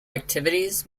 activities